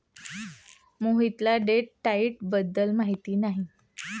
मोहितला date diet बद्दल माहिती नाही